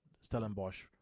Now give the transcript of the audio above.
Stellenbosch